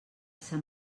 sant